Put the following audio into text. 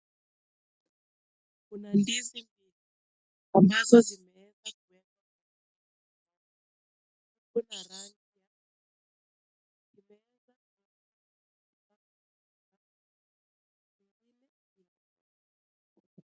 Kuna ndizi ambazo zimeakwa